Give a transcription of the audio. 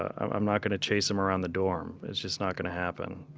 i'm not gonna chase em around the dorm. it's just not gonna happen.